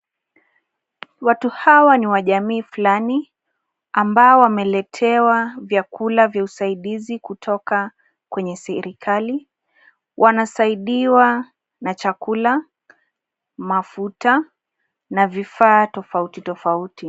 Watu hawa ni wa jamii fulani ambao wameletewa vyakula vya usaidizi kutoka kwenye serikali. Wanasaidiwa na chakula, mafuta na vifaa tofauti tofauti.